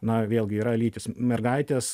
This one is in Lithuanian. na vėlgi yra lytys mergaitės